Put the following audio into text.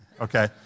okay